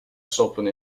stoppen